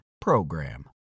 PROGRAM